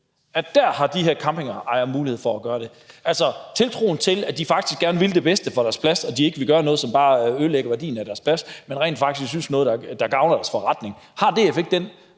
har de campingpladsejere mulighed for at gøre det? Kan vi ikke have tiltroen til, at de faktisk gerne vil det bedste for deres campingplads, og at de ikke vil gøre noget, som bare ødelægger værdien af deres -plads, men rent faktisk vil gøre noget, der gavner deres forretning? Er der virkelig